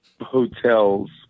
hotels